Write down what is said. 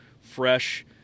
fresh